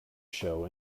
show